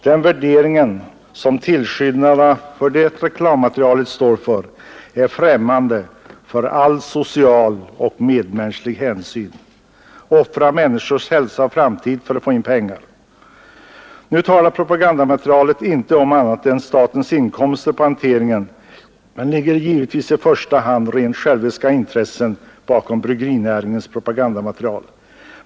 Den värdering som tillskyndarna av det här reklammaterialet står för är främmande för all social och medmänsklig hänsyn. Offra människors hälsa och framtid för att få in pengar! Nu talar bryggerinäringens propagandamaterial inte om annat än statens inkomster på hanteringen, men bakom det ligger givetvis i första hand rent själviska intressen.